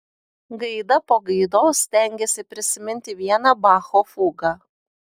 gaida po gaidos stengėsi prisiminti vieną bacho fugą